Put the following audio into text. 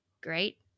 great